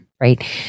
right